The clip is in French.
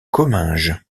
comminges